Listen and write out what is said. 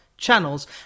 Channels